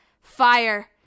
Fire